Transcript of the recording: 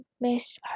miss